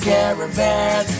Caravan